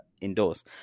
indoors